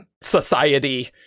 society